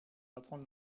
apprendre